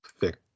thick